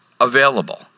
available